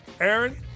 Aaron